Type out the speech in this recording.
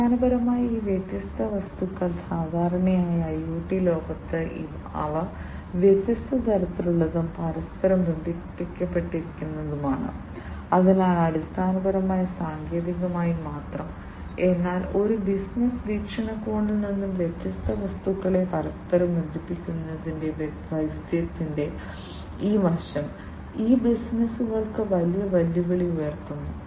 അടിസ്ഥാനപരമായി ഈ വ്യത്യസ്ത വസ്തുക്കൾ സാധാരണയായി IoT ലോകത്ത് അവ വ്യത്യസ്ത തരത്തിലുള്ളതും പരസ്പരം ബന്ധപ്പെട്ടിരിക്കുന്നതുമാണ് അതിനാൽ അടിസ്ഥാനപരമായി സാങ്കേതികമായി മാത്രം എന്നാൽ ഒരു ബിസിനസ്സ് വീക്ഷണകോണിൽ നിന്ന് വ്യത്യസ്ത വസ്തുക്കളെ പരസ്പരം ബന്ധിപ്പിക്കുന്നതിന്റെ വൈവിധ്യത്തിന്റെ ഈ വശം ഇത് ബിസിനസുകൾക്ക് വലിയ വെല്ലുവിളി ഉയർത്തുന്നു